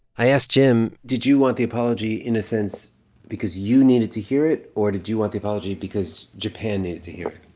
i asked jim. did you want the apology in a sense because you needed to hear it, or did you want the apology because japan needed to hear it?